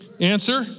Answer